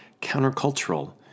countercultural